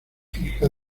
fija